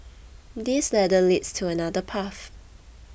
this ladder leads to another path